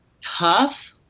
tough